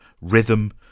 rhythm